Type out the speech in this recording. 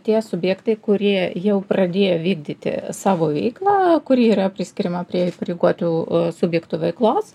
tie subjektai kurie jau pradėjo vykdyti savo veiklą kuri yra priskiriama prie įpareigotų subjektų veiklos